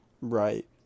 Right